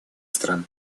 стран